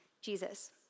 Jesus